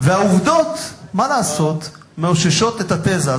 והעובדות, מה לעשות, מאששות את התֶזה.